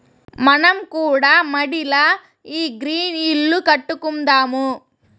మనం కూడా మడిల ఈ గ్రీన్ ఇల్లు కట్టుకుందాము